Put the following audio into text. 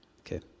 Okay